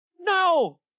no